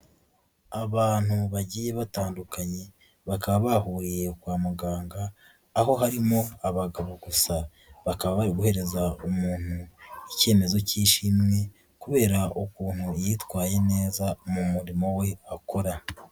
Abantu bagiye batandukanye bakaba bahuriye kwa muganga aho harimo abagabo gusa bakaba bari guhereza umuntu ikemezo k'ishimwe kubera ukuntu yitwaye neza mu murimo we akora.